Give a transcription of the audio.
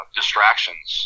distractions